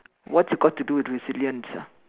what's it got to do with resilience ah